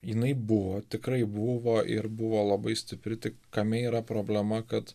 jinai buvo tikrai buvo ir buvo labai stipri tik kame yra problema kad